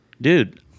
Dude